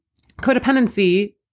codependency